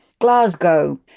Glasgow